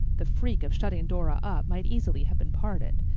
the freak of shutting dora up might easily have been pardoned.